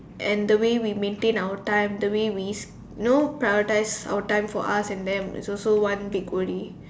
and the way we maintain our time the way we you know prioritize our time for us and them is also one big worry